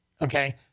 Okay